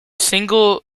single